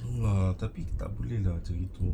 no lah tapi tak boleh lah macam gitu